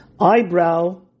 eyebrow